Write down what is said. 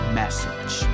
message